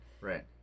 right